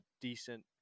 decent